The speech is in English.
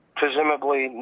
presumably